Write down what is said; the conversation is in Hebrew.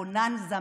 בוננזה,